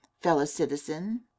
fellow-citizen